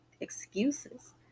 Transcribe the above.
excuses